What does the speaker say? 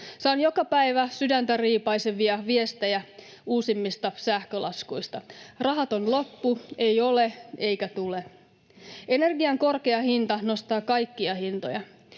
Saan joka päivä sydäntäriipaisevia viestejä uusimmista sähkölaskuista: ”Rahat on loppu, ei ole, eikä tule.” Energian korkea hinta nostaa kaikkia hintoja.